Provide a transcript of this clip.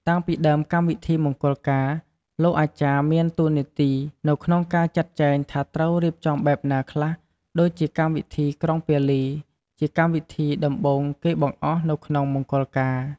តាំងពីដើមកម្មវិធីមង្គលការលោកអាចារ្យមានតួនាទីនៅក្នុងការចាក់ចែងថាត្រូវរៀបចំបែបណាខ្លះដូចជាកម្មវិធីក្រុងពាលី ជាកម្មវិធីដំបូងគេបង្អស់នៅក្នុងមង្គលការ។